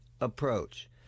approach